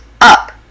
up